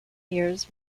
years